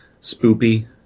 spoopy